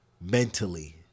mentally